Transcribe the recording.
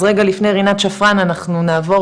אז רגע לפני רינת שפרן אנחנו נעבור